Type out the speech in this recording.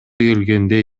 келгенде